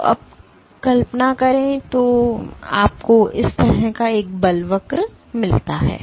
तो अब कल्पना करें कि आपको इस तरह एक बल वक्र मिलता है